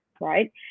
right